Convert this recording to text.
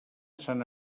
sant